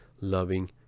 loving